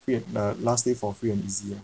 free and uh last day for free and easy lah